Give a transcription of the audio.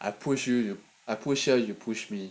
I push you I push her you push me